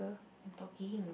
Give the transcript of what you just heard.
what you talking